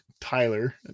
Tyler